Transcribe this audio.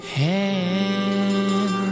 hand